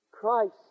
Christ